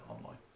online